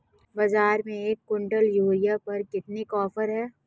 बाज़ार में एक किवंटल यूरिया पर कितने का ऑफ़र है?